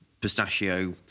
pistachio